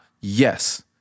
Yes